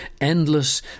endless